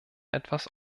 etwas